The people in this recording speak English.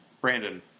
Brandon